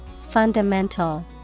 FUNDAMENTAL